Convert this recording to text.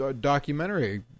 documentary